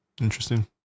interesting